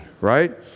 right